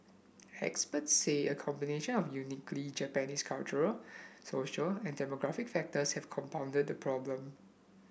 experts say a combination of uniquely Japanese cultural social and demographic factors have compounded the problem